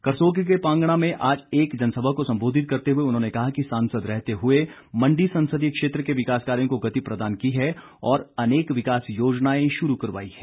करसोग के पांगणा में आज एक जनसभा को संबोधित करते हुए उन्होंने कहा कि सांसद रहते हुए मंडी संसदीय क्षेत्र के विकास कार्यों को गति प्रदान की है और अनेक विकास योजनाएं शुरू करवाई हैं